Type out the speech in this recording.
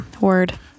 Word